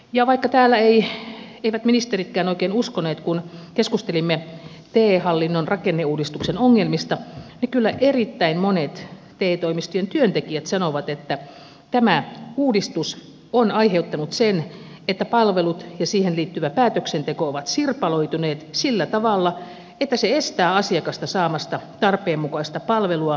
vaikka täällä eivät ministeritkään oikein uskoneet kun keskustelimme te hallinnon rakenneuudistuksen ongelmista niin kyllä erittäin monet te toimistojen työntekijät sanovat että tämä uudistus on aiheuttanut sen että palvelut ja siihen liittyvä päätöksenteko ovat sirpaloituneet sillä tavalla että se estää asiakasta saamasta tarpeenmukaista palvelua ja työllistymästä